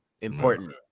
Important